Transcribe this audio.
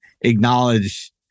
acknowledge